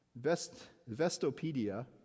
Vestopedia